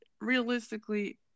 realistically